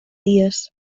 dies